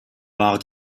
war